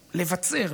לבצר,